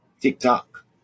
TikTok